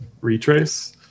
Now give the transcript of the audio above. retrace